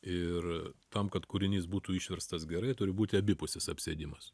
ir tam kad kūrinys būtų išverstas gerai turi būti abipusis apsėdimas